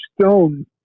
Stone